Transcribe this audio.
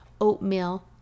oatmeal